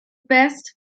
best